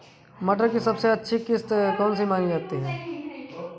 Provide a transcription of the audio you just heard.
मटर की सबसे अच्छी किश्त कौन सी मानी जाती है?